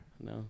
No